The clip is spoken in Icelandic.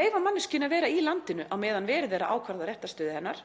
leyfa manneskjunni að vera í landinu á meðan verið er að ákvarða réttarstöðu hennar,